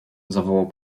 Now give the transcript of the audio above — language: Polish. zawołał